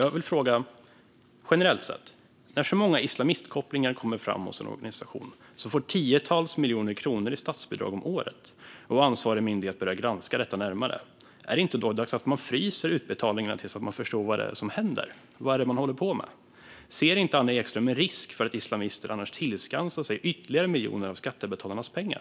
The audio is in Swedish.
Jag vill fråga, generellt sett: När så många islamistkopplingar kommer fram hos en organisation som får tiotals miljoner kronor i statsbidrag om året och ansvarig myndighet börjar granska detta närmare, är det inte då dags att frysa utbetalningarna tills man förstår vad det är som händer och vad man håller på med? Ser inte Anna Ekström en risk för att islamister annars tillskansar sig ytterligare miljoner av skattebetalarnas pengar?